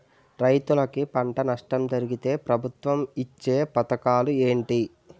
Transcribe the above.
రైతులుకి పంట నష్టం జరిగితే ప్రభుత్వం ఇచ్చా పథకాలు ఏంటి?